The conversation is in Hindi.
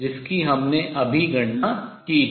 जिसकी हमने अभी गणना की है